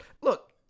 Look